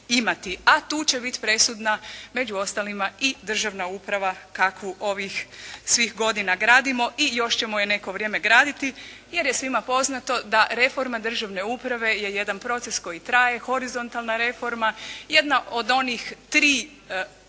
A tu će bit presudna među ostalima i državna uprava kakvu ovih svih godina gradimo i još ćemo je neko vrijeme graditi, jer je svima poznato da reforma državne uprave je jedan proces koji traje, horizontalna reforma. Jedna od onih tri da